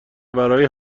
ورای